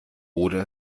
oder